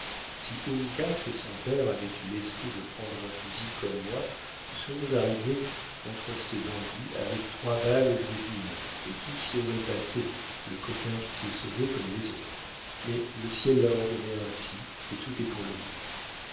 si uncas et son père avaient eu l'esprit de prendre un fusil comme moi nous serions arrivés contre ces bandits avec trois balles au lieu d'une et tous y auraient passé le coquin qui s'est sauvé comme les autres mais le ciel l'a ordonné ainsi et tout est pour le mieux